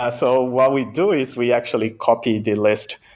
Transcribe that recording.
ah so what we do is we actually copy the list,